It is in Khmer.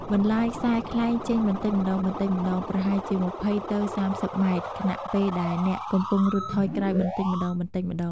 បណ្លាយខ្សែខ្លែងចេញបន្តិចម្តងៗ ប្រហែលជា ២០ ទៅ ៣០ ម៉ែត្រ ខណៈពេលដែលអ្នកកំពុងរត់ថយក្រោយបន្តិចម្តងៗ។